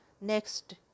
next